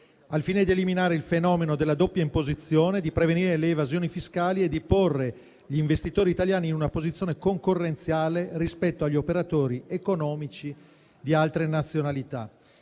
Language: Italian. al fine di eliminare il fenomeno della doppia imposizione, prevenire le evasioni fiscali e porre gli investitori italiani in una posizione concorrenziale rispetto agli operatori economici di altre nazionalità.